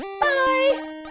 Bye